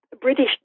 British